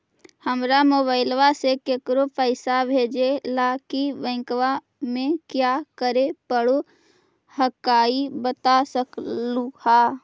हमरा मोबाइलवा से केकरो पैसा भेजे ला की बैंकवा में क्या करे परो हकाई बता सकलुहा?